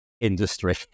industry